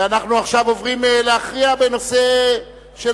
ועכשיו אנחנו עוברים להכריע בנושא של